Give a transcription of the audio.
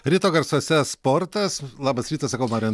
ryto garsuose sportas labas rytas sakau marijui